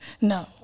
no